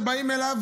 שבאים אליו,